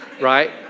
right